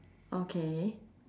okay